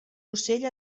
ocell